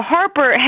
Harper